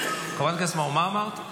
חברת הכנסת רייטן, מה אמרת?